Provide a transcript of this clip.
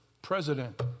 president